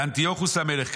ואנטיוכוס המלך,